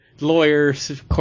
Lawyers